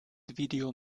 video